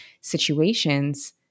situations